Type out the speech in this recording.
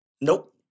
Nope